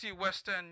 Western